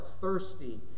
thirsty